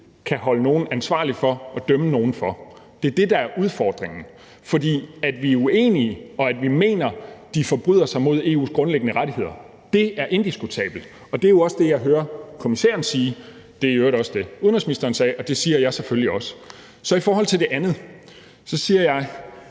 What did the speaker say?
kan holde nogle ansvarlige for og dømme nogle for. Det er det, der er udfordringen. For det er indiskutabelt, at vi er uenige med dem og mener, at de forbryder sig mod EU's grundlæggende rettigheder. Det er indiskutabelt. Det er også det, jeg hører kommissæren sige, og det var i øvrigt også det, udenrigsministeren sagde, og det siger jeg selvfølgelig også. Så i forhold til det andet spørgsmål siger jeg,